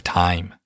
time